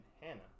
Hannah